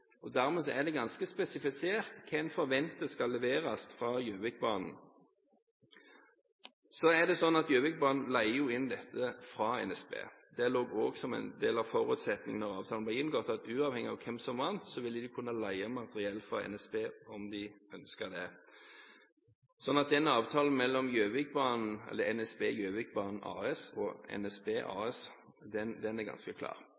Dermed er det ganske spesifisert hva en forventer skal leveres fra Gjøvikbanen. Så er det sånn at Gjøvikbanen leier jo inn dette fra NSB. Det lå også som en del av forutsetningen da avtalen ble inngått, at uavhengig av hvem som vant, ville de kunne leie materiell fra NSB, om de ønsket det. Så den avtalen mellom NSB Gjøvikbanen AS og NSB AS er ganske klar.